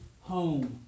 home